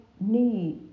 need